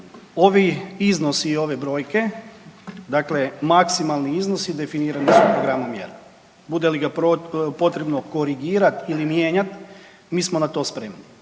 ovi iznosi i ove brojke, dakle maksimalni iznosi definirani su programom mjera. Bude li ga potrebno korigirati ili mijenjati mi smo na to spremni.